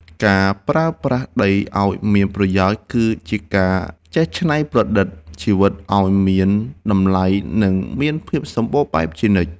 ការប្រើប្រាស់ដីឱ្យមានប្រយោជន៍គឺជាការចេះច្នៃប្រឌិតជីវិតឱ្យមានតម្លៃ និងមានភាពសម្បូរបែបជានិច្ច។